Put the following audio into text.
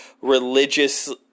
religious